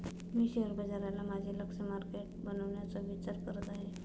मी share बाजाराला माझे लक्ष्य मार्केट बनवण्याचा विचार करत आहे